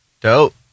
Dope